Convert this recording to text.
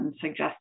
suggest